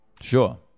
Sure